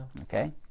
Okay